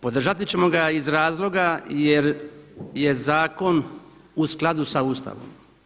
Podržati ćemo ga iz razloga jer je zakon u skladu sa Ustavom.